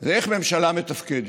זה איך ממשלה מתפקדת.